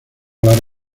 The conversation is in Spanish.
las